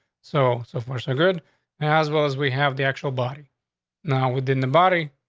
so, so far, so good as well as we have the actual body now within the body.